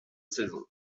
saison